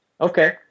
Okay